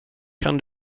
kan